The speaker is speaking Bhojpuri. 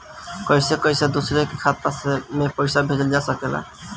कईसे कईसे दूसरे के खाता में पईसा भेजल जा सकेला?